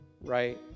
right